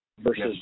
versus